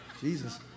Jesus